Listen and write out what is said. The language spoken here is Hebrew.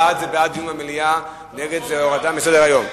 בעד זה בעד דיון במליאה, נגד זה הורדה מסדר-היום.